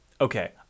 Okay